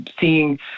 seeing